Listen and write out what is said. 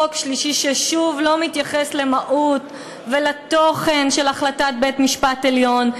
חוק שלישי ששוב לא מתייחס למהות ולתוכן של החלטת בית-המשפט העליון,